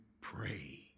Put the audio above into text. pray